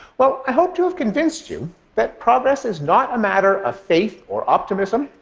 well, i hope to have convinced you that progress is not a matter of faith or optimism,